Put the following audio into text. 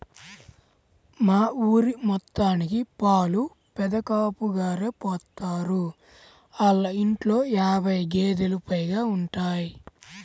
మా ఊరి మొత్తానికి పాలు పెదకాపుగారే పోత్తారు, ఆళ్ళ ఇంట్లో యాబై గేదేలు పైగా ఉంటయ్